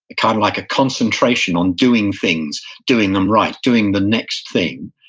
kind of like a concentration on doing things, doing them right, doing the next thing,